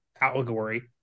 allegory